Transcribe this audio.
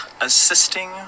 assisting